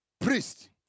priest